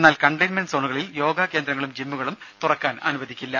എന്നാൽ കണ്ടെയിൻമെന്റ് സോണുകളിൽ യോഗ കേന്ദ്രങ്ങളും ജിമ്മുകളും തുറക്കാൻ പാടില്ല